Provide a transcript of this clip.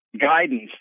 guidance